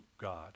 God